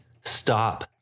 stop